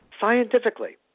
scientifically